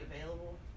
available